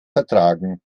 vertragen